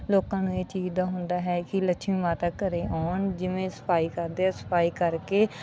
ਲੋਕਾਂ ਨੂੰ ਇਹ ਚੀਜ਼ ਦਾ ਹੁੰਦਾ ਹੈ ਕਿ ਲੱਛਮੀ ਮਾਤਾ ਘਰ ਆਉਣ ਜਿਵੇਂ ਸਫਾਈ ਕਰਦੇ ਆ ਸਫਾਈ ਕਰਕੇ